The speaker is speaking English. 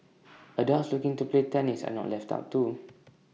adults looking to play tennis are not left out too